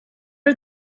are